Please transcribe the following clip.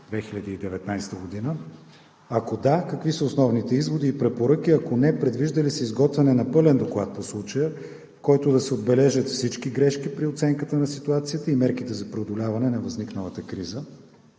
2019 г.? Ако е да, какви са основните изводи и препоръки? Ако – не, предвижда ли се изготвяне на пълен доклад по случая, в който да се отбележат всички грешки при оценката на ситуацията и мерките за преодоляване на възникналата криза?